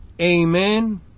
Amen